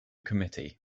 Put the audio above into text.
committee